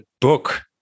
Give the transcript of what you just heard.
book